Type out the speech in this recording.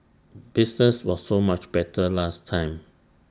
business was so much better last time